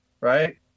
Right